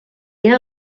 era